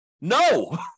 No